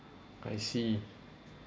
I see